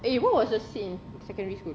eh what was your scene secondary school